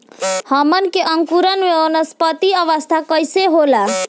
हमन के अंकुरण में वानस्पतिक अवस्था कइसे होला?